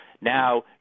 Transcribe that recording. Now